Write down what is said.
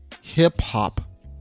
hip-hop